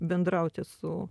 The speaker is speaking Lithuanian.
bendrauti su